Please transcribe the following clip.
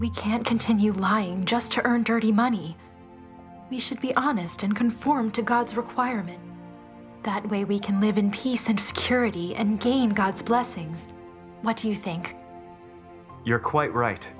we can't continue lying just to earn dirty money we should be honest and conform to god's requirement that way we can live in peace and security and game god's blessings why do you think you're quite right